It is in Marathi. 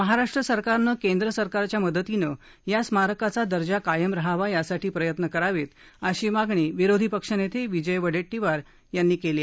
महाराष्ट्र सरकारनं केंद्र सरकारच्या मदतीनं या स्मारकाचा दर्जा कायम रहावा यासाठी प्रयत्न करावेत अशी मागणी विरोधी पक्षनेते विजय वडेट्टीवार यांनी केली आहे